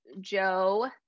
Joe